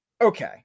okay